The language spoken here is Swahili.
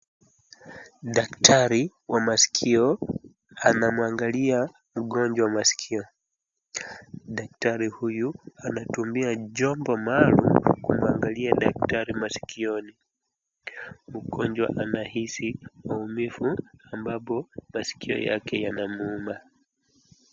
Daktari wa maskio anamwangalia mgonjwa maskio. Daktari huu anatumia chombo maalum kumwangalia daktari maskioni. Mgonjwa anahisi maumivu ambapo maskio yake yanamuuma.